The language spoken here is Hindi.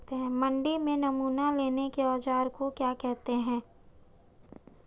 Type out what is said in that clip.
मंडी में नमूना लेने के औज़ार को क्या कहते हैं?